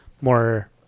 more